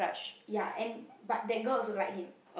ya and but that girl also like him